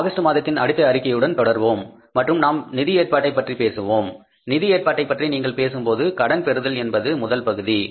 நாம் ஆகஸ்ட் மாதத்தின் அடுத்த அறிக்கையுடன் தொடர்வோம் மற்றும் நாம் நிதி ஏற்பாட்டை பற்றி பேசுவோம் நிதி ஏற்பாட்டை பற்றி நீங்கள் பேசும்போது கடன் பெறுதல் என்பது முதல் பகுதி